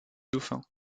dauphins